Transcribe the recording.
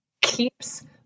keeps